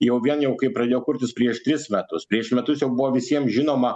jau vien jau kai pradėjo kurtis prieš tris metus prieš metus jau buvo visiem žinoma